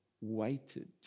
waited